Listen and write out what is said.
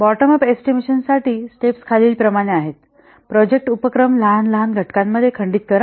bottom up एस्टिमेशनासाठी steps खालीलप्रमाणे आहेत प्रोजेक्ट उपक्रम लहान लहान घटकांमध्ये खंडित करा